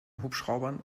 hubschraubern